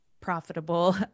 profitable